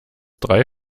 drei